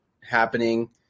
happening